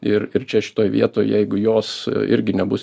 ir ir čia šitoj vietoj jeigu jos irgi nebus